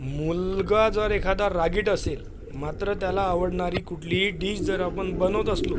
मुलगा जर एखादा रागीट असेल मात्र त्याला आवडणारी कुठलीही डिश जर आपण बनवत असलो